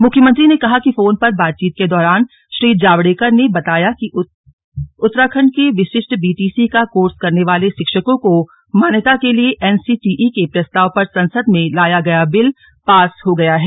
मुख्यमंत्री ने कहा कि फोन पर बातचीत के दौरान श्री जावड़ेकर ने बताया कि उत्तराखंड के विशिष्ट बीटीसी का कोर्स करने वाले शिक्षकों को मान्यता के लिए एनसीटीई के प्रस्ताव पर संसद में लाया गया बिल पास हो गया है